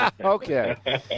Okay